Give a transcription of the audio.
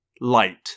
Light